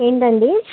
ఏంటండీ